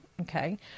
Okay